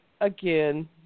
again